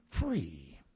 free